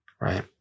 Right